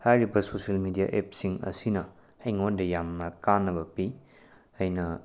ꯍꯥꯏꯔꯤꯕ social media ꯑꯦꯞꯁꯤꯡ ꯑꯁꯤꯅ ꯑꯩꯉꯣꯟꯗ ꯌꯥꯝꯅ ꯀꯥꯟꯅꯕ ꯄꯤ ꯑꯩꯅ